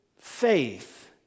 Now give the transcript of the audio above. faith